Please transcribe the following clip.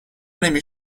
نمی